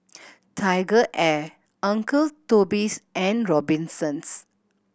TigerAir Uncle Toby's and Robinsons